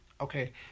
Okay